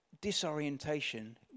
disorientation